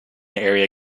area